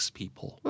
people